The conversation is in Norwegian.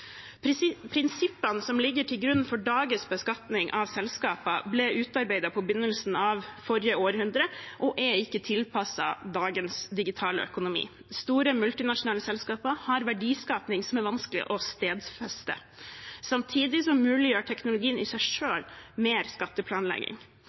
Prinsippene som ligger til grunn for dagens beskatning av selskaper, ble utarbeidet på begynnelsen av forrige århundre og er ikke tilpasset dagens digitale økonomi. Store multinasjonale selskaper har verdiskaping som er vanskelig å stedfeste. Samtidig muliggjør teknologien i seg